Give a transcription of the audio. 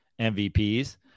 MVPs